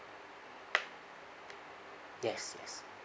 yes yes